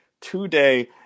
today